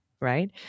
right